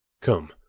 Come